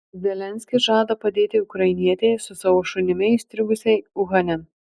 zelenskis žada padėti ukrainietei su savo šunimi įstrigusiai uhane